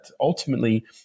ultimately